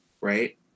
right